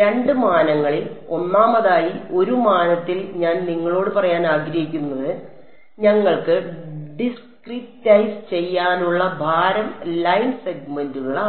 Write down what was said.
രണ്ട് മാനങ്ങളിൽ ഒന്നാമതായി ഒരു മാനത്തിൽ ഞാൻ നിങ്ങളോട് പറയാൻ ആഗ്രഹിക്കുന്നു ഞങ്ങൾക്ക് ഡിസ്ക്രിറ്റൈസ് ചെയ്യാനുള്ള ഭാരം ലൈൻ സെഗ്മെന്റുകളാണ്